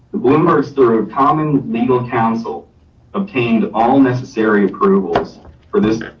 the bloomberg's third common legal counsel obtained all necessary approvals for this